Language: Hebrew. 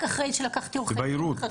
שתקבלו מושג,